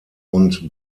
und